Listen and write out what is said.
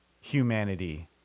humanity